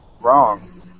wrong